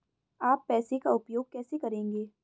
आप पैसे का उपयोग कैसे करेंगे?